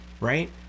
Right